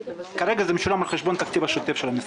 וכרגע זה משולם על חשבון התקציב השוטף של המשרד.